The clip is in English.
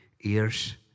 Ears